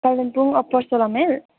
Kalimpong upper सोह्र mile